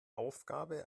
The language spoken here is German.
aufgabe